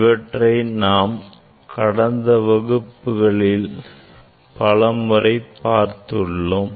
இவற்றை நாம் கடந்த வகுப்புகளில் பலமுறை பார்த்துள்ளோம்